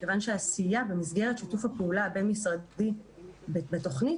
מכיוון שהעשייה במסגרת שיתוף הפעולה הבין-משרדי בתוכנית,